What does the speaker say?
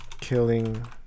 killing